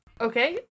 Okay